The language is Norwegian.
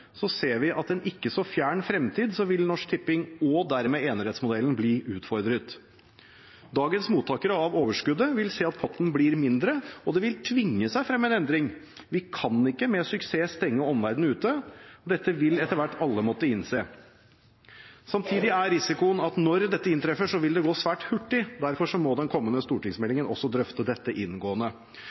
ser vi at i en ikke så fjern fremtid vil Norsk Tipping og dermed enerettsmodellen bli utfordret. Dagens mottakere av overskuddet vil se at potten blir mindre, og det vil tvinge seg frem en endring. Vi kan ikke med suksess stenge omverdenen ute, og dette vil etter hvert alle måtte innse. Samtidig er risikoen at når dette inntreffer, vil det gå svært hurtig, derfor må den kommende stortingsmeldingen også drøfte dette inngående.